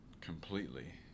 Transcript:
completely